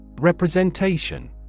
representation